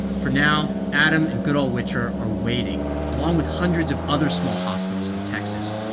for now, adam and goodall-witcher are waiting, along with hundreds of other small hospitals in texas.